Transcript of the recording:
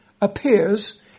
appears